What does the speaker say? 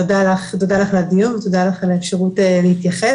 תודה לך על הדיון ותודה לך על האפשרות להתייחס.